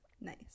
nice